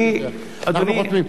אנחנו חתומים.